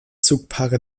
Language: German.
zugpaare